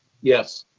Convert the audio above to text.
yes.